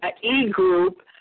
e-group